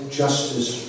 justice